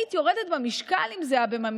היית יורדת במשקל אם זה היה בממאירות,